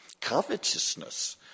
Covetousness